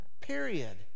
Period